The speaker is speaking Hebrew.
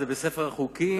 זה בספר החוקים,